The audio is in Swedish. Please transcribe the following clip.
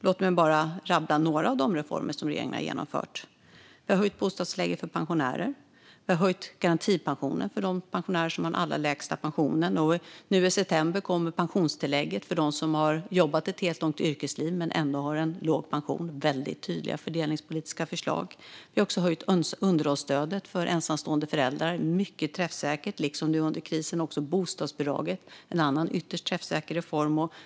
Låt mig bara rabbla några av de reformer som regeringen har genomfört. Vi har höjt bostadstillägget för pensionärer. Vi har höjt garantipensionen för de pensionärer som har den allra lägsta pensionen. Nu i september kommer pensionstillägget för dem som har jobbat ett helt långt yrkesliv men ändå har en låg pension. Detta är väldigt tydliga fördelningspolitiska förslag. Vi har också höjt underhållsstödet för ensamstående föräldrar, vilket är mycket träffsäkert. Under krisen har vi också höjt bostadsbidraget, en annan ytterst träffsäker reform.